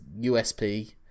USP